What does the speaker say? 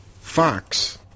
fox